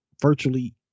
virtually